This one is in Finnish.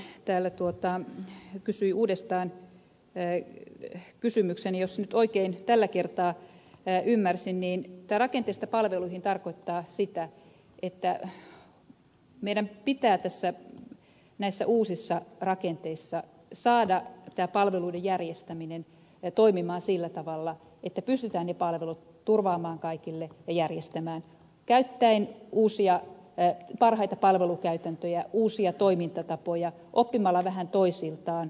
valpas kysyi uudestaan kysymyksen ja jos nyt oikein tällä kertaa ymmärsin niin tämä rakenteista palveluihin tarkoittaa sitä että meidän pitää näissä uusissa rakenteissa saada tämä palveluiden järjestäminen toimimaan sillä tavalla että pystytään ne palvelut turvaamaan kaikille ja järjestämään käyttäen uusia parhaita palvelukäytäntöjä uusia toimintatapoja oppien vähän toisiltamme